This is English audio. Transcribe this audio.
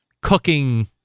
cooking